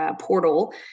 portal